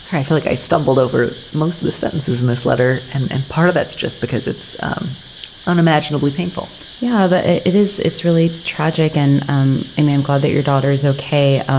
i feel like i stumbled over most of the sentences in this letter. and and part of that's just because it's um unimaginably painful yeah, it it is. it's really tragic. and um i'm um glad that your daughter is okay. um